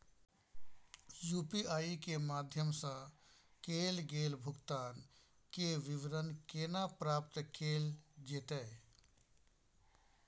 UPI के माध्यम सं कैल गेल भुगतान, के विवरण केना प्राप्त कैल जेतै?